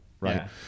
right